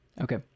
okay